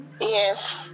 Yes